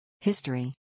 History